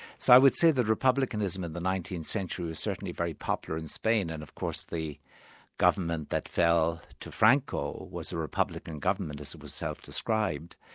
so i would say that republicanism in the nineteenth century was certainly very popular in spain, and of course the government that fell to franco was a republican government as it was self-described.